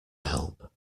help